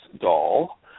doll